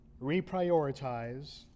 reprioritize